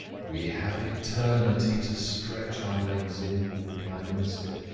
we have eternity to stretch our legs in, replied the mystic.